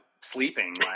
sleeping